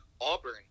Auburn